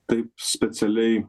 taip specialiai